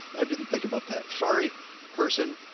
i didn't think about that. sorry person.